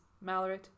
Mallory